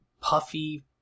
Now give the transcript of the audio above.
puffy